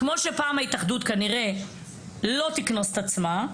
ההתאחדות כנראה לא תקנוס את עצמה,